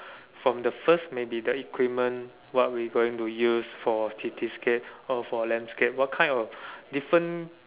from the first maybe the equipment what we going to use for cityscape or for landscape what kind of different